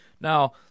Now